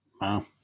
Wow